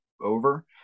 over